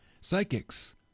Psychics